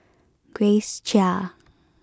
Grace Chia